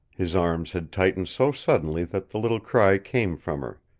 his arms had tightened so suddenly that the little cry came from her.